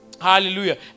Hallelujah